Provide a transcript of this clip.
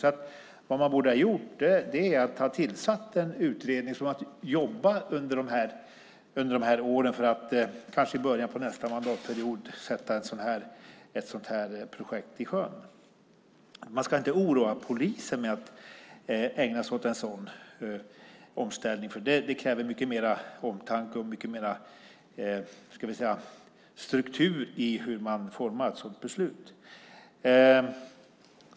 Därför borde man ha tillsatt en utredning som hade kunnat jobba under dessa år för att kanske i början av nästa mandatperiod sätta ett sådant här projekt i sjön. Man ska inte oroa polisen med att ägna sig åt en sådan omställning. Det kräver mycket mer omtanke och mycket mer struktur i hur man formar ett sådant beslut.